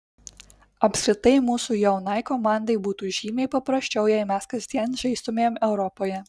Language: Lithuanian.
apskritai mūsų jaunai komandai būtų žymiai paprasčiau jei mes kasdien žaistumėm europoje